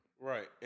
Right